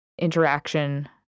interaction